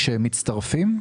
כשהם מצטרפים?